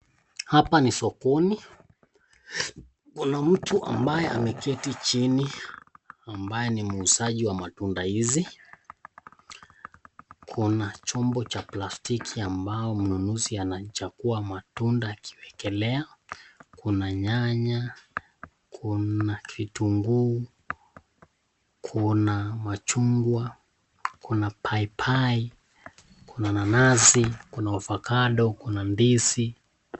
Hapa ni sokoni. Kuna mtu ambaye ameketi chini ambaye ni muuzaji wa matunda hizi. Kuna chombo cha plastiki ambao mnunuzi anachagua matunda akiwekelea. Kuna nyanya, kuna kitunguu, kuna machungwa, kuna paipai, kuna nanasi, kuna avocado, kuna ndizi.